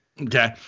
Okay